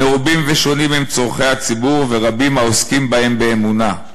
/ מרובים ושונים הם צורכי הציבור /ורבים העוסקים בהם באמונה,